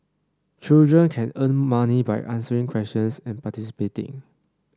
children can earn money by answering questions and participating